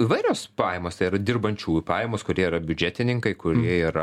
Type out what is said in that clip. įvairios pajamos tai yra dirbančiųjų pajamos kurie yra biudžetininkai kurie yra